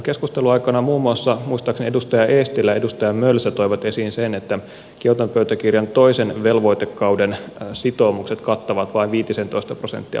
keskustelun aikana muun muassa muistaakseni edustaja eestilä ja edustaja mölsä toivat esiin sen että kioton pöytäkirjan toisen velvoitekauden sitoumukset kattavat vain viitisentoista prosenttia maailman päästöistä